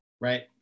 Right